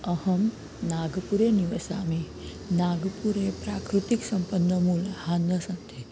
अहं नागपुरे निवसामि नागपुरे प्राकृतिकसम्पन्नमूलः न सन्ति